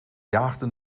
jaagden